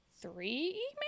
three